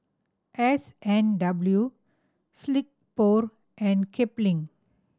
S and W Silkpro and Kipling